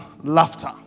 laughter